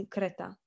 Creta